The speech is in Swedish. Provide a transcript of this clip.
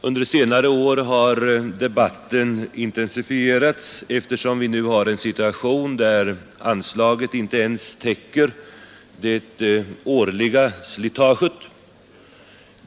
Under senare år har debatten intensifierats eftersom vi nu har en situation där anslaget inte ens täcker det årliga slitaget.